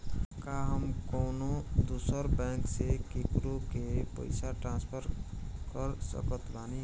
का हम कउनों दूसर बैंक से केकरों के पइसा ट्रांसफर कर सकत बानी?